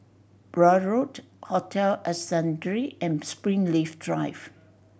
Blair Road Hotel Ascendere and Springleaf Drive